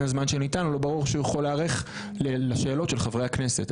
לו לא ברור אם הוא יכול להיערך לשאלות חברי הכנסת.